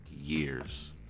years